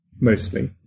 mostly